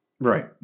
Right